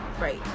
right